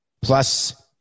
Plus